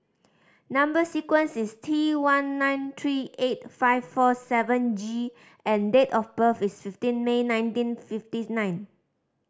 number sequence is T one nine three eight five four seven G and date of birth is fifteen May nineteen fifty nine